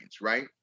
right